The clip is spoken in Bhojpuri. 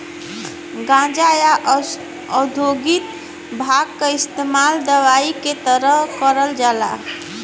गांजा, या औद्योगिक भांग क इस्तेमाल दवाई के तरे करल जाला